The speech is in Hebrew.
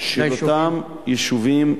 של אותם יישובים,